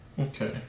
Okay